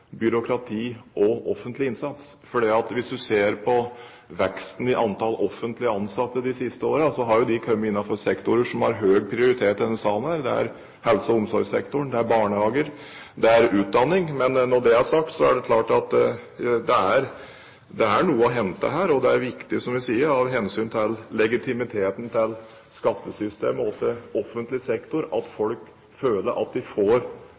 byråkrati og offentlig innsats, for hvis vi ser på veksten i antall offentlige ansatte de siste årene, har de kommet innenfor de sektorene som har høy prioritet i denne salen: helse- og omsorgssektoren, barnehager og utdanning. Men når det er sagt, er det klart at det er noe å hente her. Av hensyn til legitimiteten til skattesystemet og til offentlig sektor er det viktig som representanten sier, at folk føler at de får